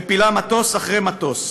מפילה מטוס אחרי מטוס.